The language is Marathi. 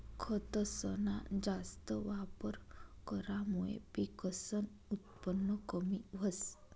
खतसना जास्त वापर करामुये पिकसनं उत्पन कमी व्हस